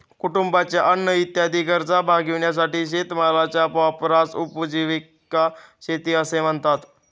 कुटुंबाच्या अन्न इत्यादी गरजा भागविण्यासाठी शेतीमालाच्या वापरास उपजीविका शेती असे म्हणतात